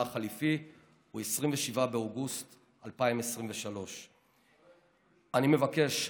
החליפי הוא 27 באוגוסט 2023. אני מבקש,